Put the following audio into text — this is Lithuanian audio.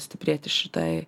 stiprėti šitai